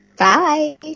Bye